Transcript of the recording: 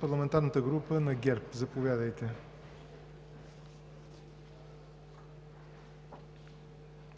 парламентарната група на ГЕРБ – заповядайте.